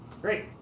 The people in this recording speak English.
Great